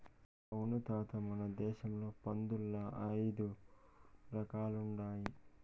అవును తాత మన దేశంల పందుల్ల ఐదు రకాలుండాయి